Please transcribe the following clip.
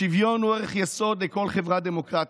השוויון הוא ערך יסוד לכל חברה דמוקרטית.